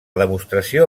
demostració